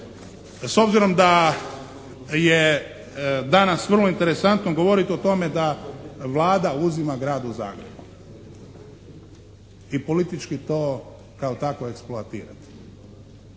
s obzirom da je danas vrlo interesantno govoriti o tome da Vlada uzima gradu Zagrebu i politički to kao takvo eksploatirati.